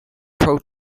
pro